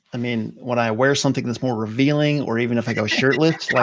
i mean when i wear something that's more revealing, or even if i go shirtless,